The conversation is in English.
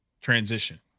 transition